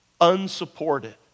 unsupported